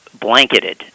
Blanketed